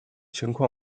情况